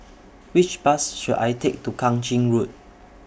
Which Bus should I Take to Kang Ching Road